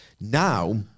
Now